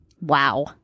Wow